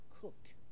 cooked